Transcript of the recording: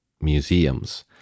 museums